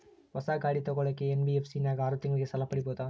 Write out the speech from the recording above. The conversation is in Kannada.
ಹೊಸ ಗಾಡಿ ತೋಗೊಳಕ್ಕೆ ಎನ್.ಬಿ.ಎಫ್.ಸಿ ನಾಗ ಆರು ತಿಂಗಳಿಗೆ ಸಾಲ ಪಡೇಬೋದ?